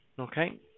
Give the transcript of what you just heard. Okay